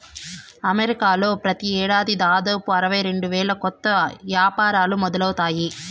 అమెరికాలో ప్రతి ఏడాది దాదాపు అరవై రెండు వేల కొత్త యాపారాలు మొదలవుతాయి